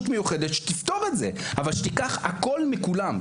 מיוחדת שתפתור את זה אבל שתיקח הכול מכולם,